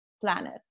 planet